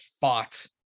fought